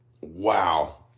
Wow